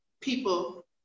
people